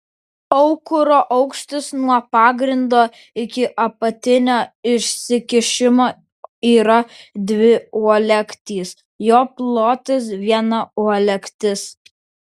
aukuro aukštis nuo pagrindo iki apatinio išsikišimo yra dvi uolektys jo plotis viena uolektis